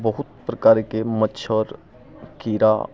बहुत प्रकारके मच्छर कीड़ा